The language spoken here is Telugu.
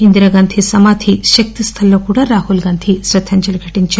ఇందిరాగాంధీ సమాధి శక్తిస్థల్ లో కూడా రాహుల్ గాంధీ శ్రద్దాంజలి ఘటించారు